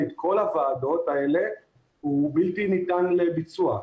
את כל הוועדות האלה הוא בלתי ניתן לביצוע.